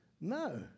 No